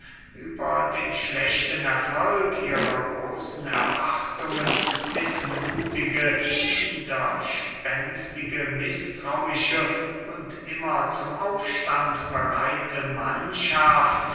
über den schlechten erfolg ihrer großen erwartungen mißmuthige widerspenstige mißtrauische und immer zum aufstand bereite mannschaft